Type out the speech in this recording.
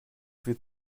wird